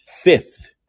fifth